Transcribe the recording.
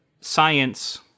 science